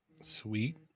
Sweet